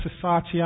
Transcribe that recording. society